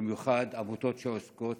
במיוחד עמותות שעוסקות